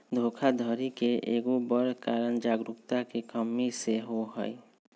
धोखाधड़ी के एगो बड़ कारण जागरूकता के कम्मि सेहो हइ